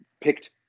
picked